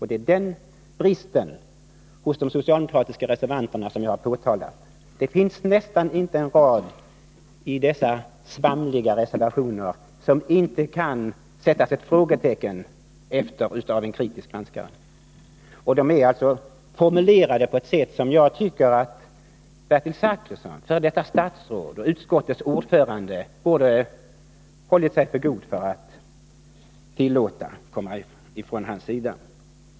Det är just de socialdemokratiska reservanternas brister härvidlag som jag har påtalat. Det finns nästan inte en rad i de svamliga reservationerna som en kritisk granskare inte kan sätta ett frågetecken efter. Reservationerna är formulerade på ett sätt som jag tycker att Bertil Zachrisson, f. d. statsråd och utskottets ordförande, borde ha hållit sig för god för att acceptera.